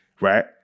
right